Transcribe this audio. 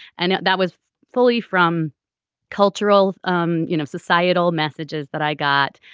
and that was fully from cultural um you know societal messages that i got.